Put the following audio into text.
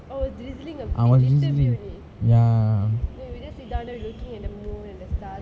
oh it was drizzling a bit a little bit only we just sit down then we were just looking at the moon and the stars